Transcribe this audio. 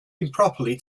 improperly